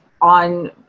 on